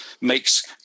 makes